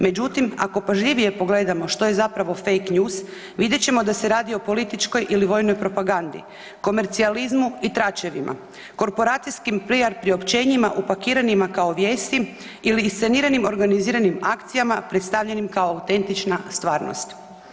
Međutim ako pažljivije pogledamo što je zapravo fake news vidjet ćemo da se radi o političkoj ili vojnoj propagandi, komercijalizmu i tračevima, korporacijskim PR priopćenjima upakiranim kao vijesti ili insceniranim organiziranim akcijama predstavljenim kao autentična stvarnost.